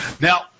Now